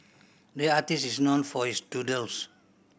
the artist is known for his doodles